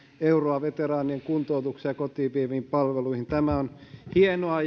euroa veteraanien kuntoutukseen ja kotiin vietäviin palveluihin tämä on hienoa